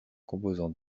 composant